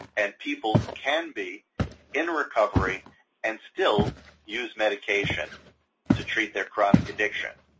and people can be in recovery and still use medication to treat their chronic addiction.